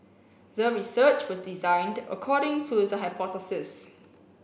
the research was designed according to the hypothesis